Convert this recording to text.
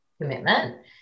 commitment